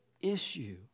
issue